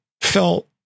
felt